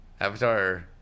Avatar